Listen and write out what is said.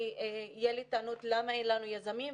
שיהיו לי טענות למה אין לנו יזמים,